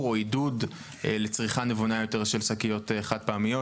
או עידוד לצריכה נבונה יותר של שקיות חד פעמיות